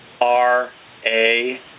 R-A